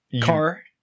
Car